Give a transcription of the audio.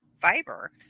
fiber